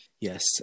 Yes